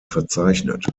verzeichnet